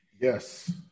Yes